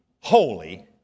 holy